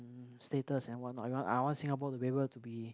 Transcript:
mm status and what not eh I want Singapore to be able to be